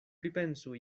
pripensu